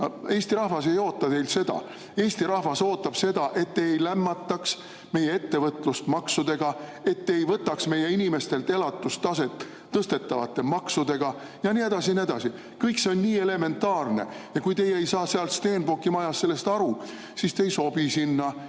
Eesti rahvas ei oota teilt seda. Eesti rahvas ootab seda, et te ei lämmataks meie ettevõtlust maksudega, et te ei võtaks meie inimestelt elatustaset tõstetavate maksudega ja nii edasi ja nii edasi. Kõik see on nii elementaarne ja kui teie ei saa seal Stenbocki majas sellest aru, siis te ei sobi sinna